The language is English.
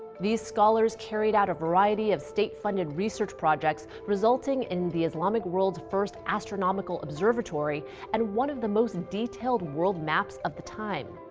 these scholars carried out a variety of state-funded research projects, resulting in the islamic world's first astronomical observatory and one of the most detailed world maps of the time.